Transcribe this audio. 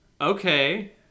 okay